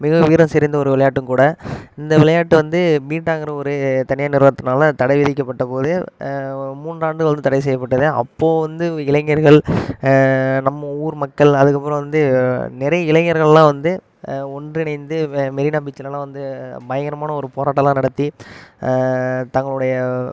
மிக வீரம் செறிந்த ஒரு விளையாட்டும் கூட இந்த விளையாட்டு வந்து பீட்டாங்கிற ஒரு தனியார் நிறுவனத்தினால தடைவிதிக்கபட்டபோது மூன்று ஆண்டுகள் வந்து தடை செய்யப்பட்டது அப்போது வந்து இளைஞர்கள் நம்ம ஊர் மக்கள் அதுக்கு அப்புறம் வந்து நிறைய இளைஞர்கள்லாம் வந்து ஒன்றிணைந்து மெரினா பீச்லலாம் வந்து பயங்கரமான ஒரு போராட்டம்லாம் நடத்தி தங்களுடைய